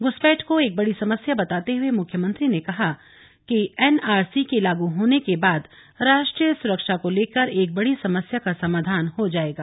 घुसपैठ को एक बड़ी समस्या बताते हुए मुख्यमंत्री ने कहा कि एनआरसी के लागू होने के बाद राष्ट्रीय सुरक्षा को लेकर एक बड़ी समस्या का समाधान हो जाएगा